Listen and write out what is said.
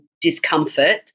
discomfort